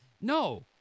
No